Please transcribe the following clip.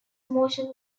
motion